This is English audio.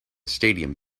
stadium